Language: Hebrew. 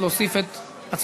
(תיקון,